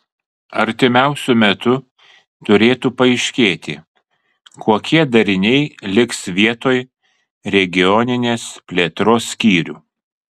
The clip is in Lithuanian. artimiausiu metu turėtų paaiškėti kokie dariniai liks vietoj regioninės plėtros skyrių